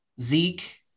Zeke